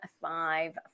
five